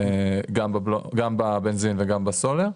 גם בבנזין וגם בסולר.